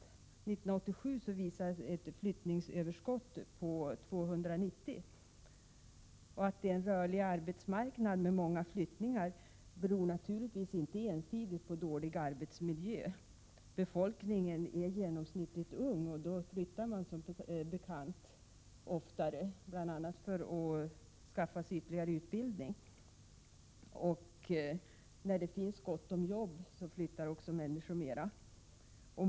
År 1987 visar ett flyttningsöverskott på 290. Att det är en rörlig arbetsmarknad med många flyttningar beror naturligtvis inte enbart på missnöje med arbetsförhållandena. Befolkningen är genomsnittligt ung, och då flyttar man som bekant oftare, bl.a. för att skaffa sig ytterligare utbildning. När det finns gott om jobb flyttar också människor mer.